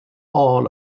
all